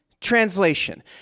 translation